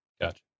Gotcha